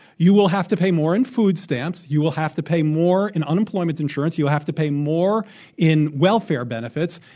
you will have to pay more in food stamps. you will have to pay more in unemployment insurance. you have to pay more in welfare benefits.